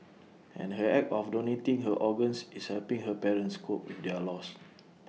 and her act of donating her organs is helping her parents cope with their loss